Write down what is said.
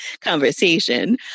conversation